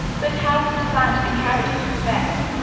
but how was this plan to be carried into effect?